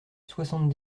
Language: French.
soixante